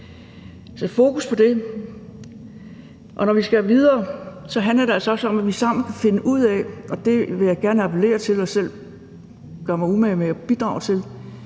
fokus på det. Når vi skal videre, handler det altså også om, at vi sammen kan finde ud af – og det vil jeg gerne appellere til og selv gøre mig umage med at bidrage til